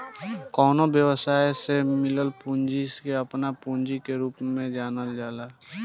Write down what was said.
कवनो व्यवसायी के से मिलल पूंजी के आपन पूंजी के रूप में जानल जाला